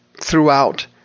throughout